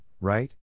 right